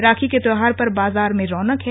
राखी के त्यौहार पर बाजार में रौनक है